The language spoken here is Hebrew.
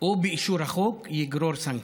או באישור החוק יגרור סנקציות.